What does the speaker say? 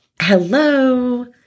hello